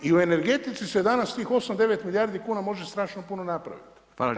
I u energetici se danas, tih 8, 9 milijardski kuna može strašno putno napraviti.